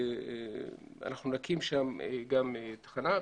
נקים גם שם תחנה.